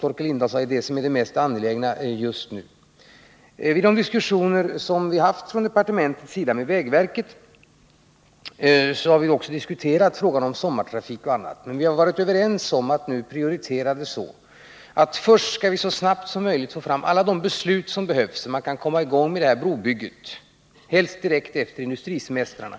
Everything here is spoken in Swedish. Vid de diskussioner som vi från departementets sida haft med vägverket har vi behandlat frågan om sommartrafik och annat. Men vi har varit överens om att göra den prioriteringen, att först skall vi så snabbt som möjligt få till stånd alla de beslut som behövs, så att man kan komma i gång med brobygget helst direkt efter industrisemestrarna.